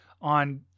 on